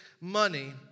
money